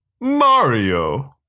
Mario